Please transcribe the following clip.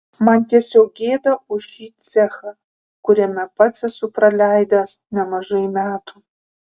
man tiesiog gėda už šį cechą kuriame pats esu praleidęs nemažai metų